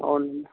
అవునండి